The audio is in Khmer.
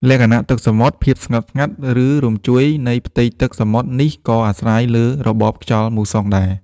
លក្ខណៈទឹកសមុទ្រ ភាពស្ងប់ ឬរញ្ជួយនៃផ្ទៃទឹកសមុទ្រនេះក៏អាស្រ័យលើរបបខ្យល់មូសុងដែរ។